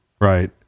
right